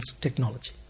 technology